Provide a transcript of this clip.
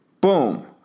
Boom